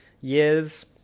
years